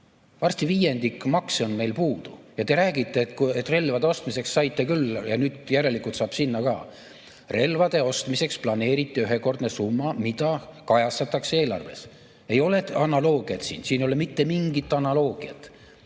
on meil viiendik makse puudu. Ja te räägite, et relvade ostmiseks saite küll ja järelikult saab sinna ka. Relvade ostmiseks planeeriti ühekordne summa, mida kajastatakse eelarves. Ei ole analoogiat, siin ei ole mitte mingit analoogiat!